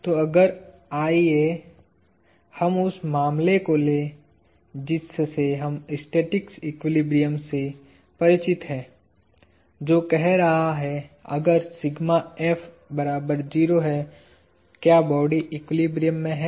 तो अगर आइए हम उस मामले को लें जिससे हम स्टैटिक एक्विलिब्रियम से परिचित हैं जो कह रहा है अगर है क्या बॉडी एक्विलिब्रियम में है